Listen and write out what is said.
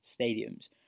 stadiums